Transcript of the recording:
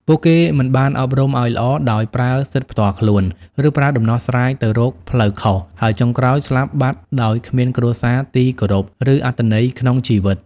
ពួកគេមិនបានអប់រំឲ្យល្អ ដោយប្រើសិទ្ធិផ្ទាល់ខ្លួន ឬប្រើដំណោះស្រាយទៅរកផ្លូវខុស ហើយចុងក្រោយស្លាប់បាត់ដោយគ្មានគ្រួសារទីគោរព ឬអត្ថន័យក្នុងជីវិត។